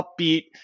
upbeat